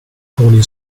holy